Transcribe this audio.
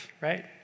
right